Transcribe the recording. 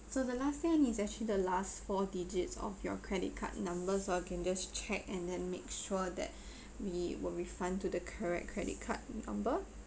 so the last thing is actually the last four digits of your credit card numbers so I can just check and then make sure that we will refund to the correct credit card number